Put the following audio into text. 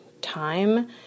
time